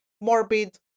morbid